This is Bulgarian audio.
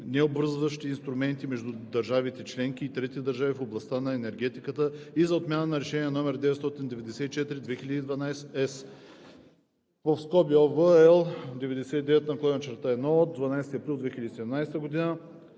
необвързващи инструменти между държавите членки и трети държави в областта на енергетиката и за отмяна на Решение № 994/2012/ЕС